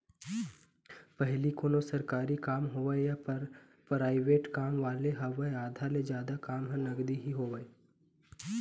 पहिली कोनों सरकारी काम होवय या पराइवेंट वाले काम होवय आधा ले जादा काम ह नगदी ही होवय